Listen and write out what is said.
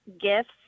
gifts